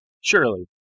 Surely